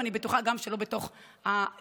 ואני בטוחה שגם לא בתוך האופוזיציה.